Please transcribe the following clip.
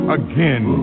again